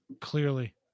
Clearly